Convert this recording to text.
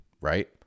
right